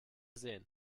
sehen